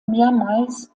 mehrmals